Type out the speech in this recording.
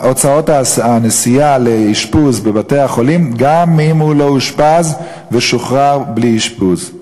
הוצאות הנסיעה לאשפוז בבתי-החולים גם אם החולה לא אושפז ושוחרר בלי אשפוז.